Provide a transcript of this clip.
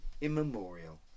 immemorial